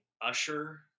usher